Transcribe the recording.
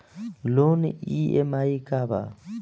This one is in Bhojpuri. लोन ई.एम.आई का बा?